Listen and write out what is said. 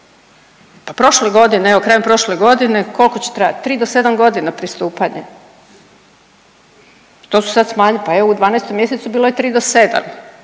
pa prošle godine, evo krajem prošle godine kolko će trajat, 3. do 7.g. pristupanje, to su sad smanjili, pa evo u 12. mjesecu bilo je 3. do 7.,